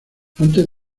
antes